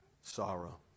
sorrow